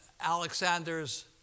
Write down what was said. Alexander's